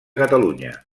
catalunya